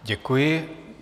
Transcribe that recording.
Děkuji.